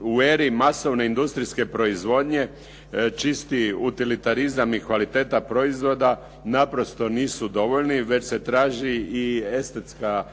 U eri masovne industrijske proizvodnje čisti utilitarizam i kvaliteta proizvoda naprosto nisu dovoljni, već se traži i estetska